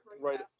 right